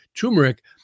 turmeric